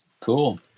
Cool